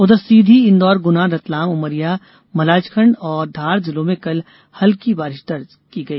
उधर सीधी इंदौर गुना रतलाम उमरिया मलाजखंड और धार जिलों में कल हल्की बारिष दर्ज की गई